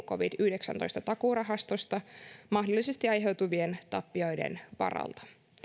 covid yhdeksäntoista takuurahastosta mahdollisesti aiheutuvien tappioiden varalta